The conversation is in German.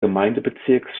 gemeindebezirks